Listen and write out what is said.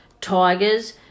Tigers